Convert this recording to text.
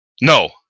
No